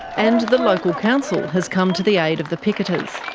and the local council has come to the aid of the picketers.